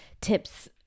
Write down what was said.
tips